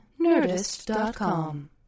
Nerdist.com